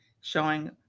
showing